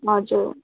हजुर